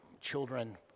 children